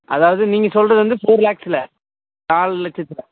அதாவது நீங்கள் சொல்கிறது வந்து ஃபோர் லேக்ஸில் நாலு லட்சத்தில்